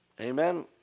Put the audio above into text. Amen